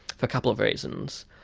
for a couple of reasons.